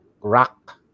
rock